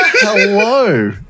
Hello